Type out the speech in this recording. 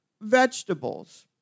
vegetables